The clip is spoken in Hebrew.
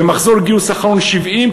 במחזור הגיוס האחרון יש 70,